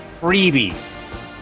freebie